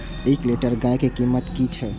एक लीटर गाय के कीमत कि छै?